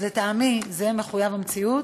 אז לטעמי זה מחויב המציאות,